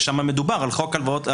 ושם מדובר על חוק הלוואות לדיור.